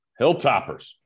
Hilltoppers